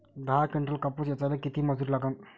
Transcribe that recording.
दहा किंटल कापूस ऐचायले किती मजूरी लागन?